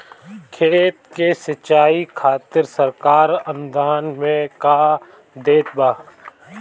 खेत के सिचाई खातिर सरकार अनुदान में का देत बा?